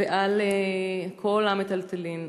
ועל כל המיטלטלין.